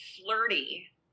Flirty